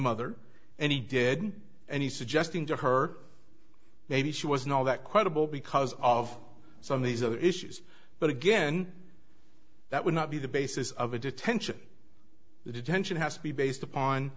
mother and he did and he's suggesting to her maybe she was not all that credible because of some of these other issues but again that would not be the basis of a detention detention has to be based upon